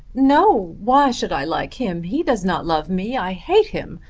no! why should i like him? he does not love me. i hate him.